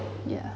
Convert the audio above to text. ya